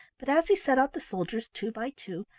but as he set out the soldiers two by two,